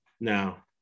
Now